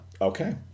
Okay